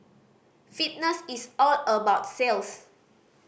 fitness is all about sales